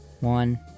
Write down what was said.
One